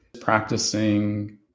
practicing